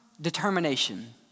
determination